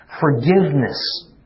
forgiveness